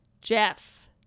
Jeff